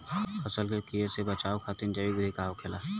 फसल के कियेसे बचाव खातिन जैविक विधि का होखेला?